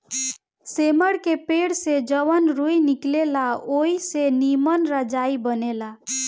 सेमर के पेड़ से जवन रूई निकलेला ओई से निमन रजाई बनेला